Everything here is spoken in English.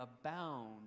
abound